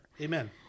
Amen